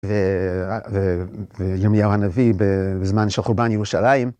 וימיהו הנביא בזמן שחורבן ירושלים.